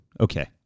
Okay